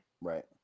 Right